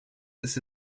this